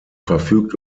verfügt